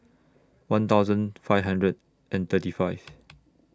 one thousand five hundred and thirty five